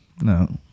No